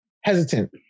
hesitant